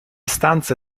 stanze